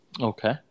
Okay